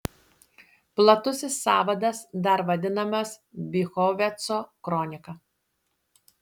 platusis sąvadas dar vadinamas bychoveco kronika